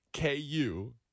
KU